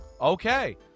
okay